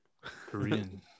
korean